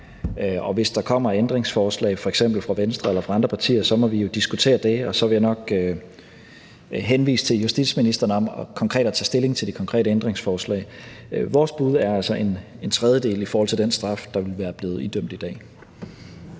Og hvis der kommer ændringsforslag, f.eks. fra Venstre eller fra andre partier, må vi jo diskutere det, og så vil jeg nok bede justitsministeren tage stilling til de konkrete ændringsforslag. Vores bud er altså en tredjedel mere i forhold til den straf, der ville være blevet idømt i dag.